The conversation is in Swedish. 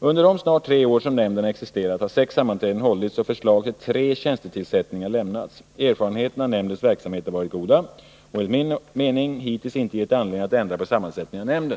Under de snart tre år som nämnden har existerat har sex sammanträden hållits och förslag till tre tjänstetillsättningar lämnats. Erfarenheterna av nämndens verksamhet har varit goda och har enligt min mening hittills inte gett anledning att ändra på sammansättningen av nämnden.